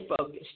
focused